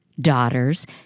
daughters